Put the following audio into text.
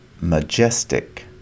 majestic